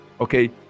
Okay